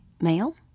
male